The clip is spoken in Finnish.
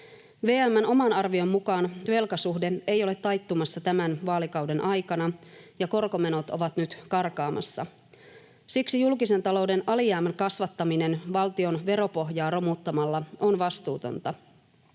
VM:n oman arvion mukaan velkasuhde ei ole taittumassa tämän vaalikauden aikana ja korkomenot ovat nyt karkaamassa. Siksi julkisen talouden alijäämän kasvattaminen valtion veropohjaa romuttamalla on vastuutonta.